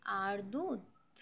আর দুধ